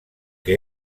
que